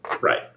Right